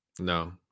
No